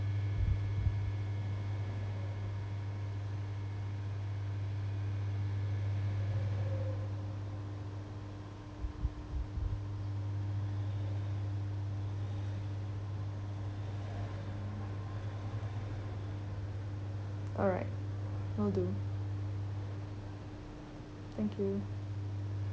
alright I will do thank you